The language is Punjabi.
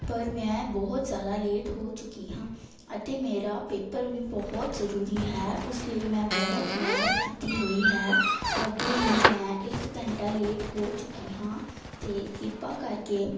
ਪਰ ਮੈਂ ਬਹੁਤ ਜ਼ਿਆਦਾ ਲੇਟ ਹੋ ਚੁੱਕੀ ਹਾਂ ਅਤੇ ਮੇਰਾ ਪੇਪਰ ਵੀ ਬਹੁਤ ਜ਼ਰੂਰੀ ਹੈ ਉਸ ਲਈ ਮੈਂ ਬਹੁਤ ਮਿਹਨਤ ਕੀਤੀ ਹੋਈ ਹੈ ਅੱਗੇ ਹੀ ਮੈਂ ਇੱਕ ਘੰਟਾ ਲੇਟ ਹੋ ਚੁੱਕੀ ਹਾਂ ਅਤੇ ਕਿਰਪਾ ਕਰਕੇ